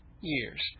years